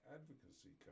Advocacy